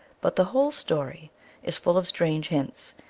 but the whole story is full of strange hints.